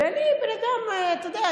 אתה יודע,